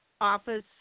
office